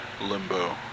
limbo